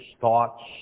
thoughts